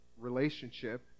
Relationship